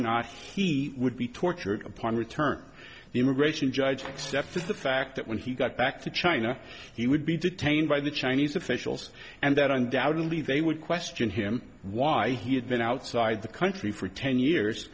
not he would be tortured upon return the immigration judge accepted the fact that when he got back to china he would be detained by the chinese officials and that undoubtedly they would question him why he had been outside the country for ten years